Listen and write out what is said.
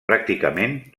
pràcticament